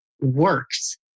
Works